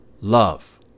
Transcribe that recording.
love